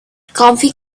comfy